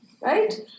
right